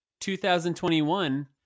2021